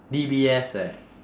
D_B_S eh